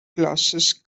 glasses